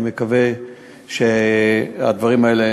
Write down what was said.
אני מקווה שהדברים האלה,